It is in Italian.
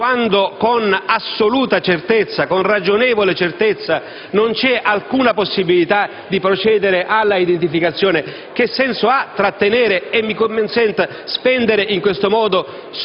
quando con assoluta certezza, o ragionevole certezza, non c'è alcuna possibilità di procedere all'identificazione? Che senso ha tenere - e mi consenta - spendere in questo modo